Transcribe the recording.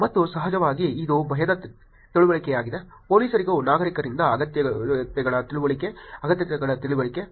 ಮತ್ತು ಸಹಜವಾಗಿ ಇದು ಭಯದ ತಿಳುವಳಿಕೆಯಾಗಿದೆ ಪೊಲೀಸರಿಗೂ ನಾಗರಿಕರಿಂದ ಅಗತ್ಯಗಳ ತಿಳುವಳಿಕೆ ಅಗತ್ಯಗಳ ತಿಳುವಳಿಕೆ